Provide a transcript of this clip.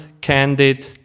candid